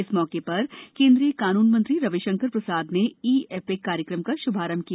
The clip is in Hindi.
इस मौके पर केन्द्रीय कानून मंत्री रविशंकर प्रसाद ने ई एपिक कार्यक्रम का श्भारंभ किया